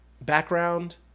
background